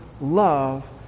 love